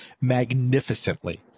magnificently